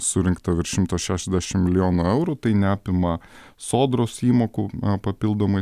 surinkta virš šimto šešiasdešim milijonų eurų tai neapima sodros įmokų papildomai